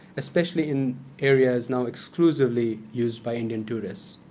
especially in areas now exclusively used by indian tourists.